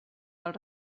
del